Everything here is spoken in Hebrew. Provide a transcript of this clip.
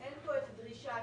זאת אומרת, אין פה איזה דרישה